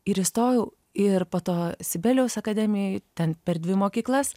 ir įstojau ir po to sibelijaus akademijoj ten per dvi mokyklas